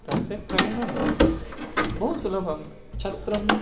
तस्य क्रयणं बहु सुलभं छत्रं